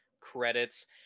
Credits